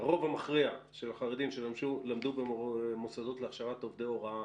הרוב המכריע של חרדים שלמדו במוסדות להכשרת עובדי הוראה